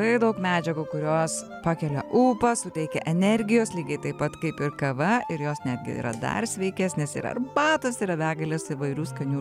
tai daug medžiagų kurios pakelia ūpą suteikia energijos lygiai taip pat kaip ir kava ir jos netgi yra dar sveikesnės ir arbatos yra begalės įvairių skanių